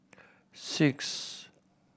six